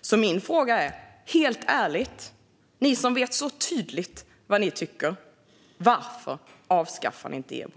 Därför är min fråga, helt ärligt: Ni som vet så tydligt vad ni tycker, varför avskaffar ni inte EBO?